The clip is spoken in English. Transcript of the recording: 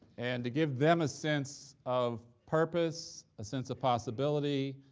and give them a sense of purpose, a sense of possibility,